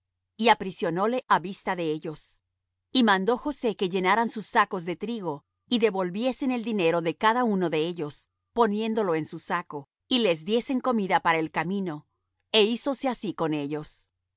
simeón y aprisionóle á vista de ellos y mandó josé que llenaran sus sacos de trigo y devolviesen el dinero de cada uno de ellos poniéndolo en su saco y les diesen comida para el camino é hízose así con ellos